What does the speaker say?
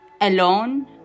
alone